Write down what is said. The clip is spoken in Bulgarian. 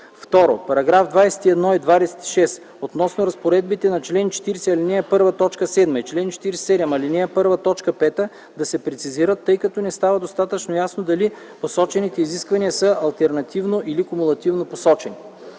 Второ, параграфи 21 и 26 относно разпоредбите на чл. 40, ал. 1, т. 7 и чл. 47, ал. 1, т. 5 да се прецизират, тъй като не става достатъчно ясно дали посочените изисквания са алтернативно или комулативно посочени.